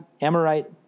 Amorite